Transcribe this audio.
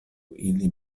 ili